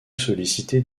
solliciter